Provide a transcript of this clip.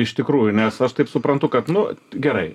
iš tikrųjų nes aš taip suprantu kad nu gerai